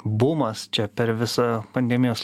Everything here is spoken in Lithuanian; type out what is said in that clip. bumas čia per visą pandemijos